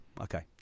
okay